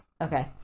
okay